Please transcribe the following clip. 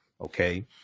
okay